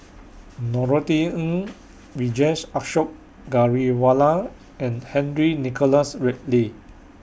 Norothy Ng Vijesh Ashok Ghariwala and Henry Nicholas Ridley